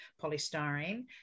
polystyrene